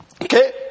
Okay